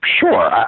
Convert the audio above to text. sure